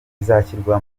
bizashyirwa